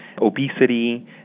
obesity